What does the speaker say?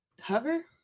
Hover